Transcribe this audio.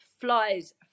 flies